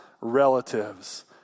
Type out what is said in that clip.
relatives